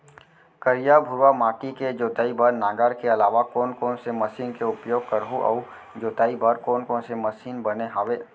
करिया, भुरवा माटी के जोताई बर नांगर के अलावा कोन कोन से मशीन के उपयोग करहुं अऊ जोताई बर कोन कोन से मशीन बने हावे?